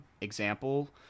example